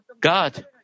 God